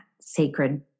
sacred